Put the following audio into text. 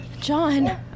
John